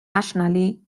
nationally